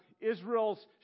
Israel's